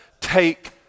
take